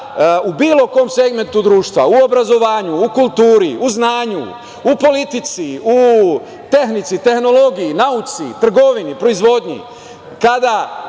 u bilo kom segmentu društva u obrazovanju, u kulturi, u znanju, u politici, u tehnici, tehnologiji, nauci, trgovini, proizvodnji,